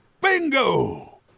Bingo